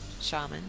shaman